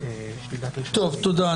תודה.